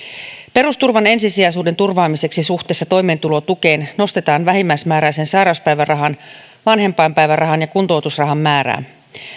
perusturvan ensisijaisuuden turvaamiseksi suhteessa toimeentulotukeen nostetaan vähimmäismääräisen sairauspäivärahan vanhempainpäivärahan ja kuntoutusrahan määrää